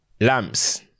lamps